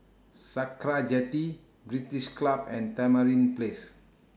Sakra Jetty British Club and Tamarind Place